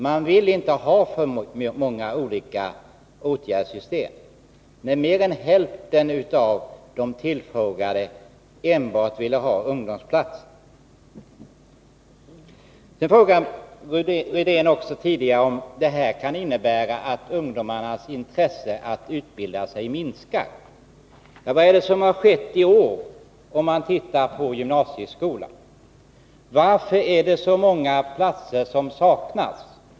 De vill inte ha för många olika åtgärdssystem. Mer än hälften av de tillfrågade vill enbart ha ungdomsplatser. Rune Rydén frågade också om detta kan innebära att ungdomarnas intresse för att utbilda sig minskar. Vad är det som har skett i år, om man tittar på gymnasieskolan? Varför saknas det så många platser?